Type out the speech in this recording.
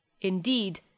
Indeed